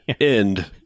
end